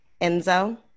Enzo